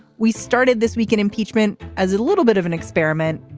we started this week in impeachment as a little bit of an experiment.